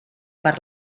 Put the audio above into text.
per